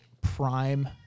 prime